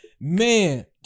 Man